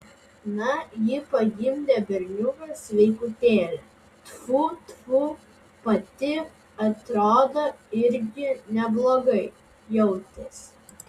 na ji pagimdė berniuką sveikutėlį tfu tfu pati atrodo irgi neblogai jautėsi